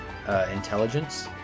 Intelligence